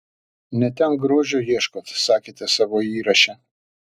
ne ten grožio ieškot sakėte savo įraše